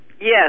Yes